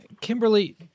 Kimberly